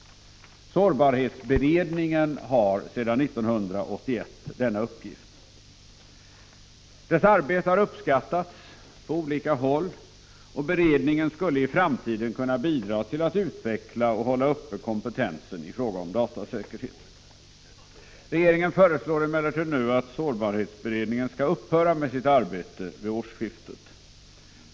Sårbarhetsberedningen har sedan 1981 denna uppgift. Dess arbete har uppskattats på olika håll, och beredningen skulle i framtiden kunna bidra till att utveckla och hålla uppe kompetensen i fråga om datasäkerhet. Regeringen föreslår emellertid nu att sårbarhetsberedningen skall upphöra med sitt arbete vid årsskiftet.